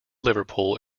liverpool